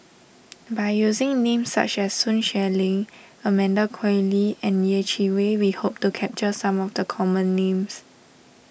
by using names such as Sun Xueling Amanda Koe Lee and Yeh Chi Wei we hope to capture some of the common names